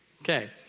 Okay